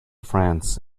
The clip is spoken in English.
france